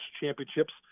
championships